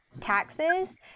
taxes